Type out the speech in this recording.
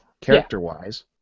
character-wise